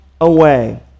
away